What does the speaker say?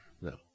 No